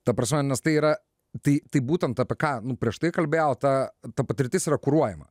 ta prasme nes tai yra tai tai būtent apie ką prieš tai kalbėjau ta ta patirtis yra kuruojama